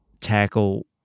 tackle